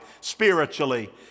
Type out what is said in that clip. spiritually